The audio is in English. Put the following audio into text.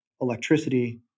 electricity